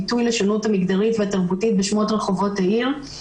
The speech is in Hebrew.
ביטוי לשונות המגדרית והתרבותית בשמות רחובות העיר.